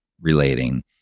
relating